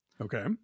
Okay